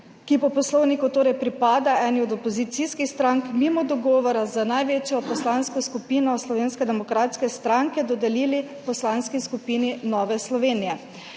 ki po poslovniku pripada eni od opozicijskih strank, mimo dogovora z največjo Poslansko skupino Slovenske demokratske stranke dodelili Poslanski skupini Nova Slovenija.